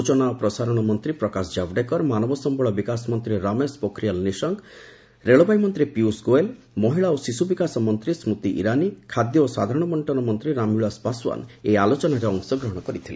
ସ୍ୱଚନା ଓ ପ୍ରସାରଣ ମନ୍ତ୍ରୀ ପ୍ରକାଶ ଜାବଡ଼େକର ମାନବ ସମ୍ଭଳ ବିକାଶ ମନ୍ତ୍ରୀ ରମେଶ ପୋଖରିଆଲ ନିଶଙ୍କ ରେଳବାଇ ମନ୍ତ୍ରୀ ପୀୟୁଷ ଗୋଏଲ ମହିଳା ଓ ଶିଶୁ ବିକାଶ ମନ୍ତ୍ରୀ ସ୍କତି ଇରାନୀ ଖାଦ୍ୟ ଓ ସାଧାରଣ ବଣ୍ଟନ ମନ୍ତ୍ରୀ ରାମବିଳାସ ପାଶ୍ୱାନ ଏହି ଆଲୋଚନାରେ ଅଂଶଗ୍ରହଣ କରିଥିଲେ